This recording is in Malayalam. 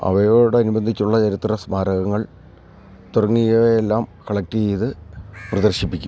അവയോടനുബന്ധിച്ചുള്ള ചരിത്ര സ്മാരകങ്ങൾ തുടങ്ങിയവയെല്ലാം കളക്ട് ചെയ്ത് പ്രദർശിപ്പിക്കും